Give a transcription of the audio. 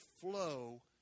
flow